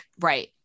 Right